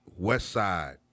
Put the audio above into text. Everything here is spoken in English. Westside